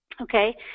Okay